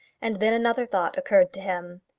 and then another thought occurred to him.